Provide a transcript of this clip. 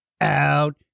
out